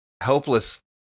helpless